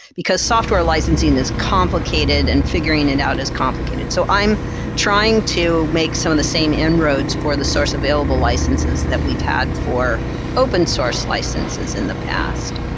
because software licensing is complicated and figuring it out is complicated. so i'm trying to make some of the same inroads for the source available licenses that we've had for open source licenses in the past.